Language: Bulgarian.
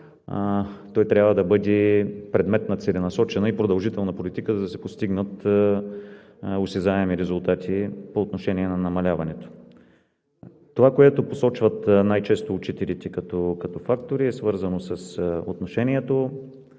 и трябва да бъде предмет на целенасочена и продължителна политика, за да се постигнат осезаеми резултати по отношение на намаляването. Това, което посочват най-често учителите като фактори, е свързано с отношението